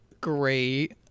great